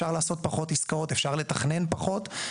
לעשות פחות עסקאות ולתכנן פחות.